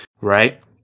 right